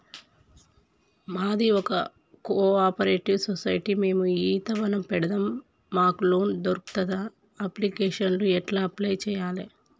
మాది ఒక cooperative society మేము ఈత వనం పెడతం మాకు లోన్ దొర్కుతదా? అప్లికేషన్లను ఎట్ల అప్లయ్ చేయాలే?